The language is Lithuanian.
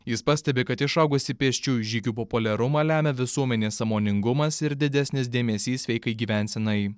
jis pastebi kad išaugusį pėsčiųjų žygių populiarumą lemia visuomenės sąmoningumas ir didesnis dėmesys sveikai gyvensenai